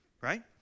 Right